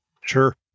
Sure